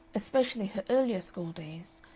especially her earlier school days,